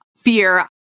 Fear